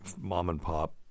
mom-and-pop